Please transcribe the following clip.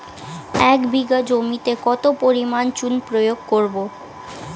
এক বিঘা জমিতে কত পরিমাণ চুন প্রয়োগ করব?